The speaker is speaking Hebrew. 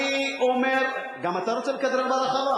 אני אומר, גם אתה רוצה לכדרר ברחבה?